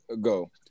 go